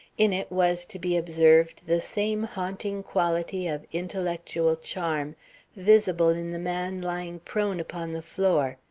in it was to be observed the same haunting quality of intellectual charm visible in the man lying prone upon the floor,